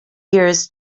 years